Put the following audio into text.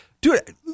dude